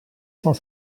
cent